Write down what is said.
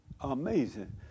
amazing